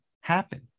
happen